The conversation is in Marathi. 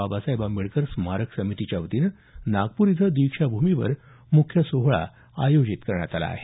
बाबासाहेब आंबेडकर स्मारक समितीच्यावतीनं नागपूर इथं दीक्षा भूमीवर मुख्य सोहळा आयोजित करण्यात आला आहे